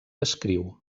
escriu